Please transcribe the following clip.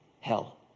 Hell